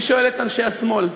אני שואל את אנשי השמאל,